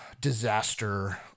disaster